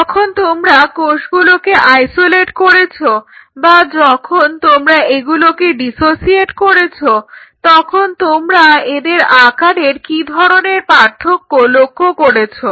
যখন তোমরা কোষগুলোকে আইসোলেট করেছ বা যখন তোমরা এগুলোকে ডিসোসিয়েট করেছ তখন তোমরা এদের আকারের কি ধরনের পার্থক্য লক্ষ্য করেছো